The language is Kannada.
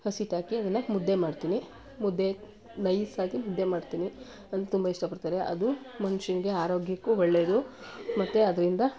ಹಸಿಟ್ಟು ಹಾಕಿ ಅದನ್ನು ಮುದ್ದೆ ಮಾಡ್ತೀನಿ ಮುದ್ದೆ ನೈಸಾಗಿ ಮುದ್ದೆ ಮಾಡ್ತೀನಿ ಅದನ್ನ ತುಂಬ ಇಷ್ಟಪಡ್ತಾರೆ ಅದು ಮನುಷ್ಯನಿಗೆ ಆರೋಗ್ಯಕ್ಕೂ ಒಳ್ಳೆಯದು ಮತ್ತೆ ಅದರಿಂದ